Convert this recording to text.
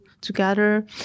together